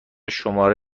شماره